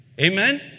Amen